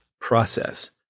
process